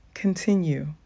Continue